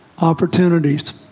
opportunities